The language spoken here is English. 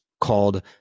called